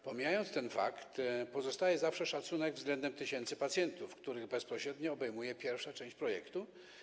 Pomijając ten fakt, pozostaje zawsze szacunek względem tysięcy pacjentów, których bezpośrednio obejmuje pierwsza część projektu.